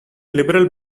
liberal